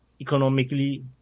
economically